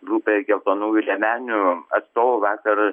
grupę geltonųjų liemenių atstovų vakar